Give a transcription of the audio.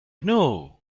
know